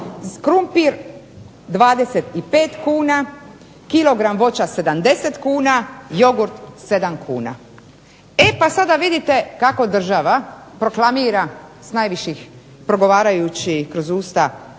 krumpir 25 kn, kilogram voća 70 kn, jogurt 7 kn. E pa sada vidite kako država proklamira s najviših progovarajući kroz usta